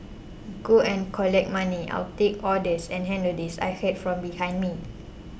go and collect money I'll take orders and handle this I heard from behind me